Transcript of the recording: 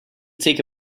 take